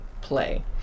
play